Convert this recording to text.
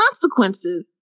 consequences